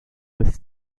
with